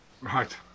right